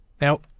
Now